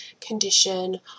condition